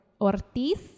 Ortiz